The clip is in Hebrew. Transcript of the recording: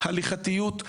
הליכתיות,